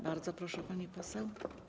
Bardzo proszę, pani poseł.